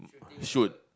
shoot